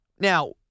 Now